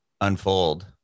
unfold